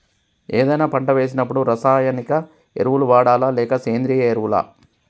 ఏదైనా పంట వేసినప్పుడు రసాయనిక ఎరువులు వాడాలా? లేక సేంద్రీయ ఎరవులా?